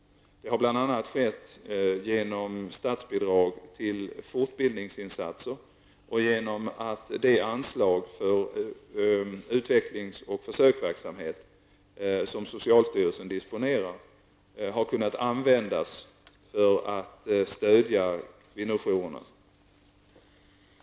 Det har bl.a. skett genom statsbidrag till fortbildningsinsatser och genom att det anslag för utvecklings och försöksverksamhet som socialstyrelsen disponerar har kunnat användas för att stödja kvinnojourerna.